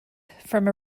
from